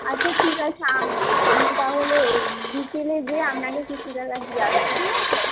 আচ্ছা ঠিক আছে আমি আমি তাহলে ওই বিকেলে গিয়ে আপনাকে কিছু টাকা দিয়ে আসব ঠিক আছে